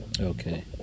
Okay